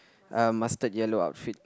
a mustard yellow outfit